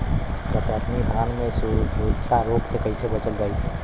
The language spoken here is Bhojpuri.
कतरनी धान में झुलसा रोग से कइसे बचल जाई?